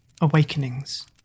AWakenings